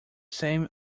same